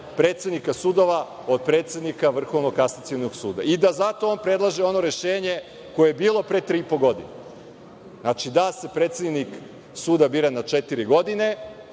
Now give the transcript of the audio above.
predsednika sudova od predsednika Vrhovnog kasacionog suda i da zato on predlaže ono rešenje koje je bilo pre tri i po godine, znači, da se predsednik suda bira na četiri godine